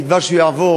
בתקווה שהוא יעבור,